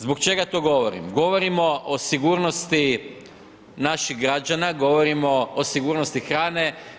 Zbog čega to govorim govorimo o sigurnosti naših građana, govorimo o sigurnosti hrane.